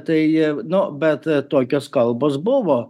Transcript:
tai nu bet tokios kalbos buvo